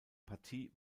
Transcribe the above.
partie